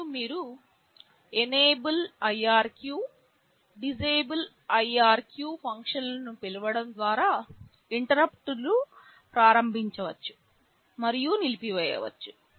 మరియు మీరు enable irq disable irq ఫంక్షన్లను పిలవడం ద్వారా ఇంటరుప్పుట్లను ప్రారంభించవచ్చు మరియు నిలిపివేయవచ్చు